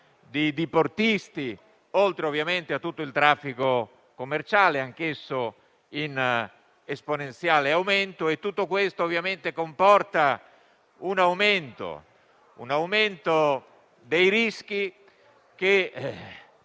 diportisti, senza contare, ovviamente, tutto il traffico commerciale, anch'esso in esponenziale aumento. Tutto questo, ovviamente, comporta un aumento dei rischi che